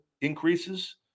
increases